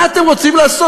מה אתם רוצים לעשות?